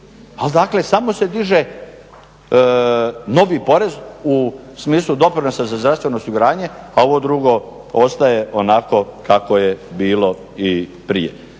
dakle, samo se diže novi porez u smislu doprinosa za zdravstveno osiguranje a ovo drugo ostaje onako kako je bilo i prije.